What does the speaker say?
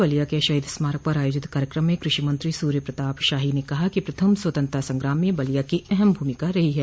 बलिया के शहीद स्मारक पर आयोजित कार्यकम में कृषि मंत्री सूर्य प्रताप शाही ने कहा कि प्रथम स्वतंत्रता संग्राम में बलिया की अहम भूमिका रही ह